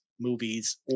movies